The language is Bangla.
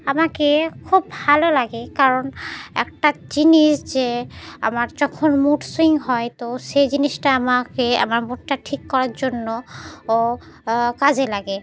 আমাকে খুব ভালো লাগে কারণ একটা জিনিস যে আমার যখন মুড সুইং হয় তো সেই জিনিসটা আমাকে আমার মুডটা ঠিক করার জন্য ও কাজে লাগে